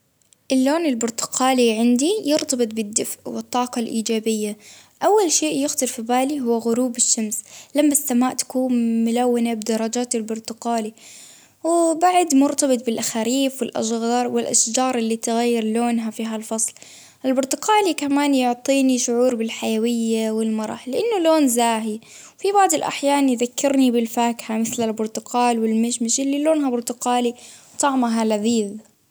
اللون البرتقالي عندي يرتبط بالدفء والطاقة الايجابية. اول شيء يخطر في بالي هو غروب الشمس. لما السماء تكون ملونة بدرجات البرتقالي. وبعد مرتبط بالاخريف والاصغار والاشجار اللي تغير لونها في هالفصل. البرتقالي كمان يعطيني شعور والمرح لانه لون زاهي. في بعض الاحيان يذكرني بالفاكهة مثل البرتقال والمشمش اللي لونها برتقالي. طعمها لذيذ